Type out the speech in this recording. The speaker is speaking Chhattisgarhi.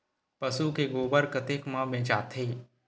पशु के गोबर कतेक म बेचाथे?